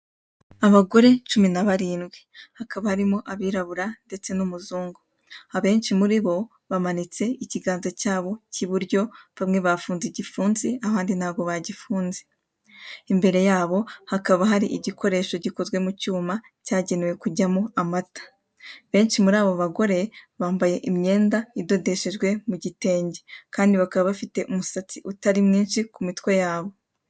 Abagore cumi na barindwi(17) hakaba harimo abirabira ndetse n'umuzungu. Abenshi muribo bamanitse ikiganza cyabo kiburyo bamwe bafunze igipfunsi abandi ntago bagifunze, imbere yabo hakaba hari igikoresho gikozwe mucyuma cyagenewe kujyamo amata .Benshi murabo bagore bambaye imyenda idodeshejwe mugitenge kandi bakaba bafite umusatsi utari mwinshi ku mitwe yabo.